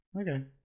okay